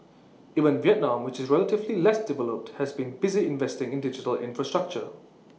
even Vietnam which is relatively less developed has been busy investing in digital infrastructure